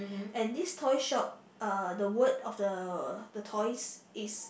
and this toy shop uh the word of the the toys is